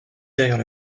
derrière